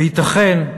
וייתכן,